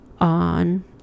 on